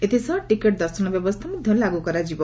ଏଥିସହ ଟିକେଟ୍ ଦର୍ଶନ ବ୍ୟବସ୍କା ମଧ୍ଧ ଲାଗୁ କରାଯିବ